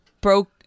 broke